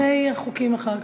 ועדת